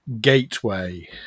Gateway